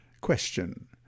Question